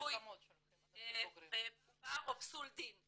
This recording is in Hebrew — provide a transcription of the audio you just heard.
חסוי עובר או פסול דין.